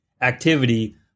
activity